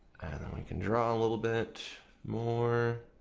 and i can draw a little bit more.